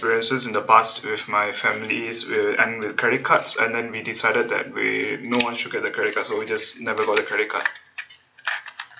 experiences in the past with my families andwith credit cards and then we decided that we no one should get the credit card so we just never got a credit card